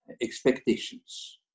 expectations